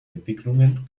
entwicklungen